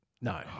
No